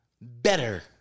better